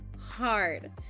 hard